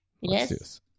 Yes